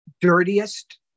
dirtiest